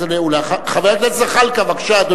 חבר הכנסת דניאל בן-סימון, בבקשה.